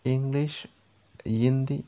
English Hindi